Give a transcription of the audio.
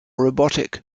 robotic